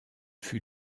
fut